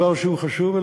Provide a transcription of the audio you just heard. לדבר שהוא חשוב,